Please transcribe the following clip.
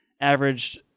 averaged